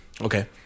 okay